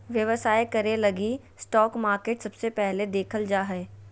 व्यवसाय करे लगी स्टाक मार्केट सबसे पहले देखल जा हय